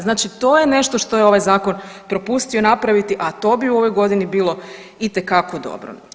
Znači to je nešto što je ovaj Zakon propustio napraviti, a to bi u ovoj godini bilo itekako dobro.